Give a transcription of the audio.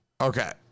okay